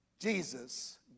Jesus